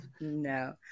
No